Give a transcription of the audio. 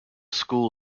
school